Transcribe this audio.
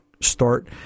start